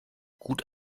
gut